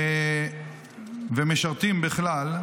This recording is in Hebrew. ומשרתים בכלל,